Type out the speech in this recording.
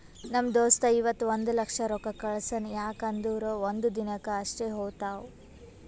ನಮ್ ದೋಸ್ತ ಇವತ್ ಒಂದ್ ಲಕ್ಷ ರೊಕ್ಕಾ ಕಳ್ಸ್ಯಾನ್ ಯಾಕ್ ಅಂದುರ್ ಒಂದ್ ದಿನಕ್ ಅಷ್ಟೇ ಹೋತಾವ್